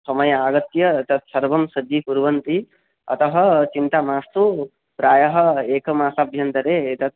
समये आगत्य तत्सर्वं सज्जीकुर्वन्ति अतः चिन्ता मास्तु प्रायः एकमासाभ्यन्तरे एतत्